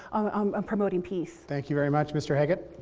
i'm promoting peace. thank you very much. mister haggit.